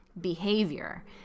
behavior